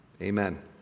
Amen